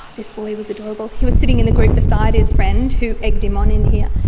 ah this boy was adorable. he was sitting in the group beside his friend who egged him on in here,